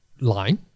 line